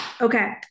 Okay